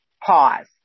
Pause